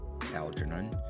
Algernon